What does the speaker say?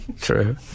True